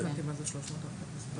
לא הבנתי מה זה 300 הערכת מסוכנות.